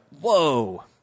whoa